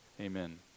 Amen